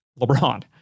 LeBron